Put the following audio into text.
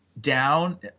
down